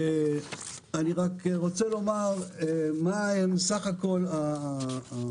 אני רק רוצה לומר מה הוא סך הכול שוק